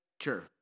Sure